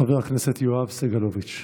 חבר הכנסת יואב סגלוביץ'.